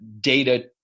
Data